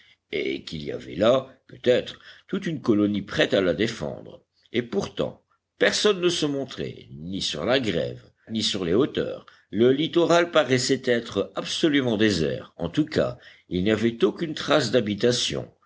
et qu'il y avait là peut-être toute une colonie prête à la défendre et pourtant personne ne se montrait ni sur la grève ni sur les hauteurs le littoral paraissait être absolument désert en tout cas il n'y avait aucune trace d'habitation